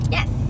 Yes